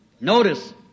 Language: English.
Notice